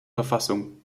verfassung